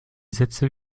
sätze